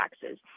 taxes